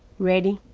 ready.